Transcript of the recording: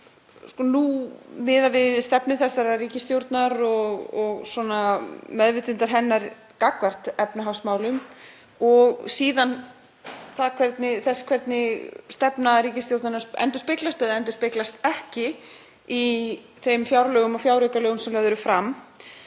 fyrir mér stefnu þessarar ríkisstjórnar og meðvitund hennar gagnvart efnahagsmálum og síðan það hvernig stefna ríkisstjórnarinnar endurspeglast eða endurspeglast ekki í þeim fjárlögum og fjáraukalögum sem lögð eru fram